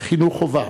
לימוד חובה,